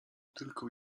tylko